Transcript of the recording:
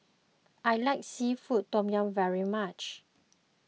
I like Seafood Tom Yum very much